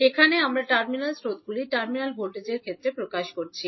এখানে আমরা টার্মিনাল স্রোতগুলি টার্মিনাল ভোল্টেজের ক্ষেত্রে প্রকাশ করছি